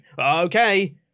okay